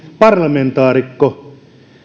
parlamentaarikko